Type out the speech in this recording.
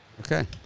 Okay